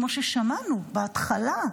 כמו ששמענו בהתחלה,